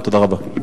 תודה רבה.